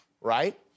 right